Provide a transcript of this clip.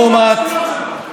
לא נעים, בבקשה.